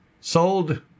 sold